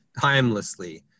Timelessly